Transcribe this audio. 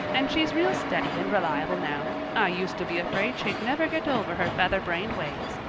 and she's real steady and reliable now. i used to be afraid she'd never get over her featherbrained ways,